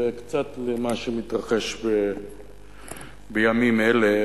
וקצת למה שמתרחש בימים אלה,